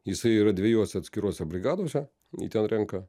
jisai yra dviejose atskirose brigadose ten renka